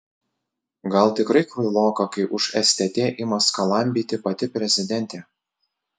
gal tikrai kvailoka kai už stt ima skalambyti pati prezidentė